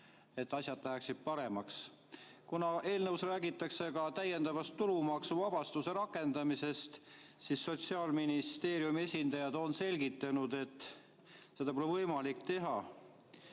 et asjad läheksid paremaks. Kuna eelnõus räägitakse ka täiendavast tulumaksuvabastuse rakendamisest, siis Sotsiaalministeeriumi esindajad on selgitanud, et seda pole võimalik teha.